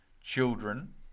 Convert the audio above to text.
children